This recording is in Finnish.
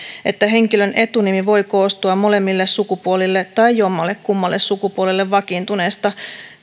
että henkilön etunimi voi koostua molemmille sukupuolille tai jommallekummalle sukupuolelle vakiintuneesta